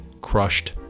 crushed